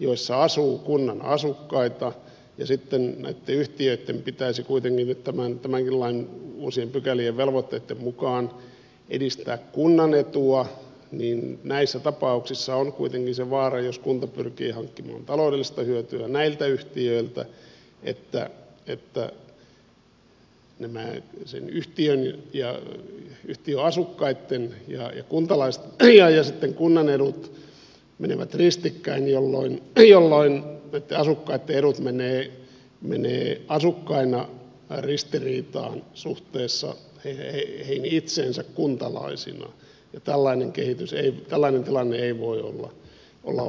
joissa asuu kunnan asukkaita ja sitten näitten yhtiöitten pitäisi kuitenkin tämänkin lain uusien pykälien ja velvoitteitten mukaan edistää kunnan etua niin näissä tapauksissa on kuitenkin se vaara jos kunta pyrkii hankkimaan taloudellista hyötyä näiltä yhtiöiltä että nämä sen yhtiön ja yhtiön asukkaitten ja sitten kunnan edut menevät ristikkäin jolloin näitten asukkaitten edut asukkaina ovat ristiriidassa suhteessa heihin itseensä kuntalaisina ja tällainen tilanne ei voi olla oikein